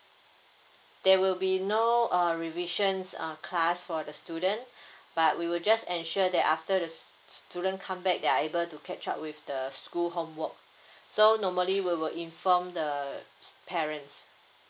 there will be no uh revisions err class for the student but we will just ensure that after the student come back they are able to catch up with the school homework so normally we will inform the parents